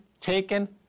taken